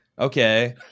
Okay